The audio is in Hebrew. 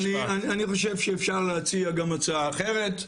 אני חושב שאפשר להציע גם הצעה אחרת.